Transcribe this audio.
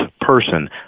person